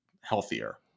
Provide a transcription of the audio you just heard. healthier